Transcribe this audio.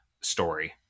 story